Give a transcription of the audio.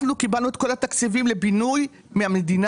אנחנו קיבלנו את כל התקציבים לבינוי מהמדינה.